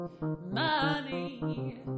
money